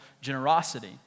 generosity